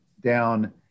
down